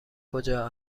کجا